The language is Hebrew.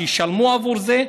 ששם ישלמו עבור זה,